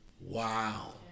Wow